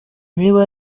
niba